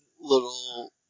little